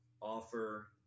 offer